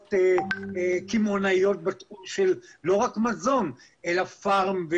חברות קמעונאיות לא רק של מזון פארם,